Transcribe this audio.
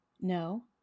No